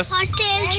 Hotel